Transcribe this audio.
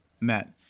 met